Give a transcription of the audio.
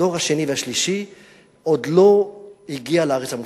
הדור השני והשלישי עוד לא הגיע לארץ המובטחת.